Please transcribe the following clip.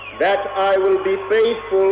that i will be faithful